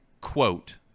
quote